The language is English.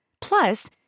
Plus